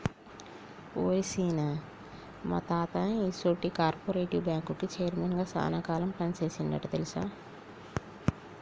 ఓరి సీన, మా తాత ఈసొంటి కార్పెరేటివ్ బ్యాంకుకి చైర్మన్ గా సాన కాలం పని సేసిండంట తెలుసా